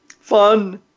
fun